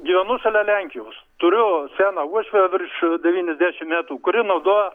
gyvenu šalia lenkijos turiu seną uošvę virš devyniasdešim metų kuri naudoja